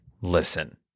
listen